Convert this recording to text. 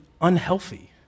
unhealthy